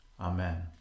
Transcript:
Amen